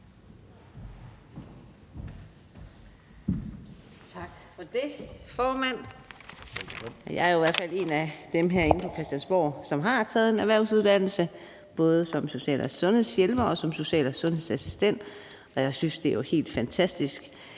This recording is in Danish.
Tak for det, formand. Jeg er i hvert fald en af dem herinde på Christiansborg, der har taget en erhvervsuddannelse, både som social- og sundhedshjælper og som social- og sundhedsassistent, og jeg synes, det var helt fantastisk.